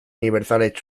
universal